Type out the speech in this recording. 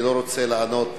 אני לא רוצה לענות